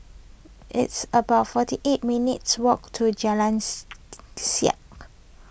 it's about forty eight minutes' walk to Jalan Siap